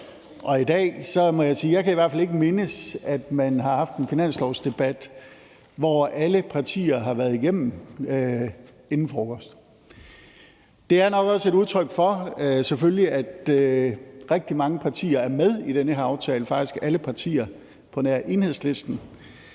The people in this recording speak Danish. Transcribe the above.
Og i dag må jeg sige, at jeg i hvert fald ikke kan mindes, at man har haft en finanslovsdebat, hvor vi er nået alle partier igennem inden frokost. Det er nok også et udtryk for, selvfølgelig, at rigtig mange partier er med i den her aftale, faktisk alle partier på nær Enhedslisten,